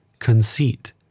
Conceit